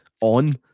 on